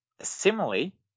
similarly